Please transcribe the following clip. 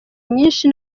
nyinshi